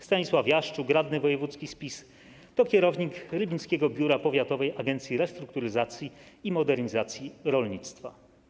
Stanisław Jaszczuk, radny wojewódzki z PiS, to kierownik rybnickiego biura powiatowego Agencji Restrukturyzacji i Modernizacji Rolnictwa.